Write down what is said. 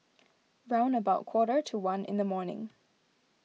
round about quarter to one in the morning